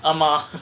ஆமா:aama